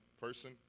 person